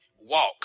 walk